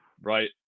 right